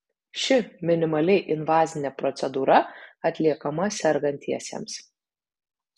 ši minimaliai invazinė procedūra atliekama sergantiesiems